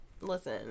Listen